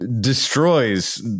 destroys